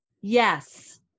Yes